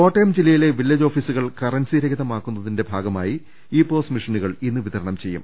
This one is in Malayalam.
കോട്ടയം ജില്ലയിലെ വില്ലേജ് ഓഫീസുകൾ കറൻസി രഹിതമാ ക്കുന്നതിന്റെ ഭാഗമായി ഈപോസ് മെഷീനുകൾ ഇന്ന് വിതരണം ചെയ്യും